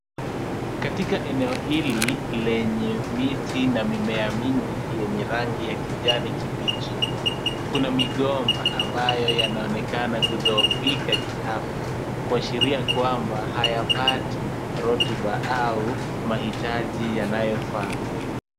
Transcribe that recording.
Katika eneo hili lenye miti na mimea mingi yenye rangi ya kijani kibichi, kuna migomba ambayo yanaonekana kudhoofika kiafya, kuashiria kwamba hayapati rotuba au mahitaji yanayofaa.